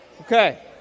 Okay